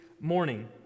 morning